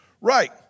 Right